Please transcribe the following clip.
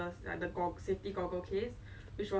and then her shirt became like soaked